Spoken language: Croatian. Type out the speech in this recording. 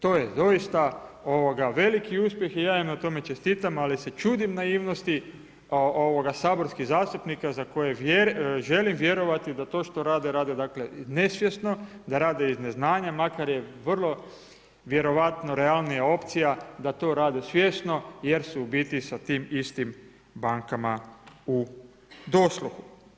To je doista veliki uspjeh i ja im na tome čestima, ali se čudim naivnosti saborskih zastupnika za koje želim vjerovati da to što rade, rade nesvjesno, da rade iz neznanja, makar je vrlo vjerojatno realnija opcija da to rade svjesno jer su u biti sa tim istim bankama u dosluhu.